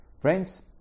Friends